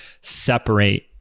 separate